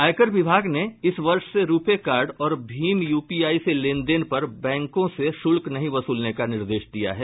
आयकर विभाग ने इस वर्ष से रूपे कार्ड और भीम यूपीआई से लेन देन पर बैंकों से शुल्क नहीं वसूलने का निर्देश दिया है